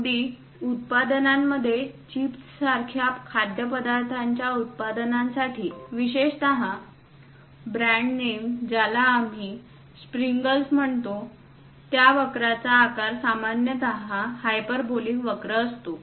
अगदी उत्पादनांमध्ये चिप्ससारख्या खाद्यपदार्थांच्या उत्पादनांसाठी विशेषत ब्रँड नेम ज्याला आम्ही प्रिंगल्स म्हणतो त्या वक्रचा आकार सामान्यतः हायपरबोलिक वक्र असतो